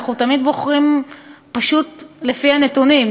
אנחנו תמיד בוחרים פשוט לפי הנתונים.